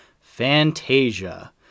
Fantasia